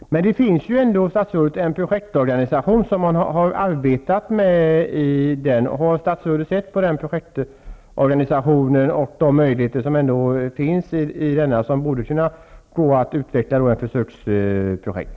Herr talman! Det finns ändå, statsrådet, en projektorganisation som har arbetat med frågan. Har statsrådet sett på projektorganisationens arbete samt de möjligheter som ändå finns och som borde kunna utvecklas i ett försöksprojekt?